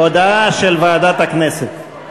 הודעה של ועדת הכנסת.